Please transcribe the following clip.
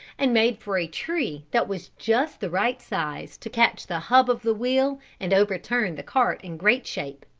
and made for a tree that was just the right size to catch the hub of the wheel and overturn the cart in great shape.